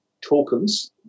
tokens